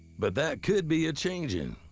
but that could be a-changing.